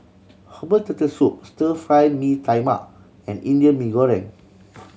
herbal Turtle Soup Stir Fried Mee Tai Mak and Indian Mee Goreng